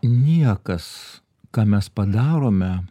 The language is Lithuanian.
niekas ką mes padarome